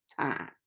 time